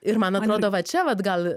ir man atrodo va čia vat gal